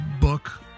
book